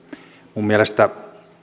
minun mielestäni